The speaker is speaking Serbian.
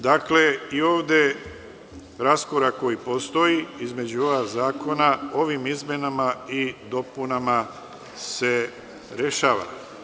Dakle, i ovde raskorak koji postoji između ova dva zakona, ovim izmenama i dopunama se rešava.